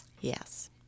Yes